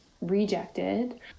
rejected